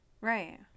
right